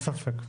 אין ספק.